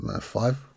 five